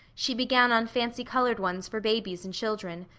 she began on fancy coloured ones for babies and children,